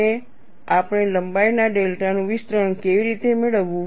અને આપણે લંબાઈના ડેલ્ટા નું વિસ્તરણ કેવી રીતે મેળવવું